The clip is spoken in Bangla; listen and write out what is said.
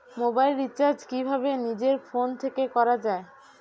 মোবাইল রিচার্জ কিভাবে নিজের ফোন থেকে করা য়ায়?